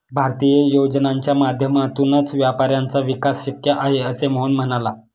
भारतीय योजनांच्या माध्यमातूनच व्यापाऱ्यांचा विकास शक्य आहे, असे मोहन म्हणाला